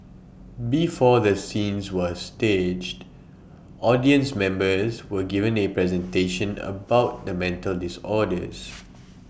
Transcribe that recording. before the scenes were staged audience members were given A presentation about the mental disorders